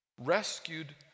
rescued